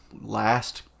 last